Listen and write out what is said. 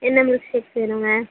என்ன milk shakes வேணுங்க